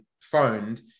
phoned